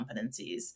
competencies